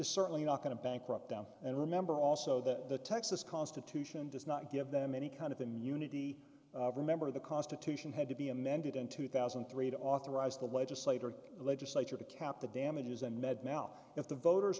certainly not going to bankrupt down and remember also that the texas constitution does not give them any kind of immunity remember the constitution had to be amended in two thousand and three to authorize them legislator legislature to count the damages and med now if the voters